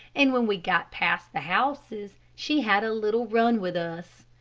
and when we got past the houses, she had a little run with us.